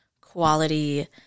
quality